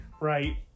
Right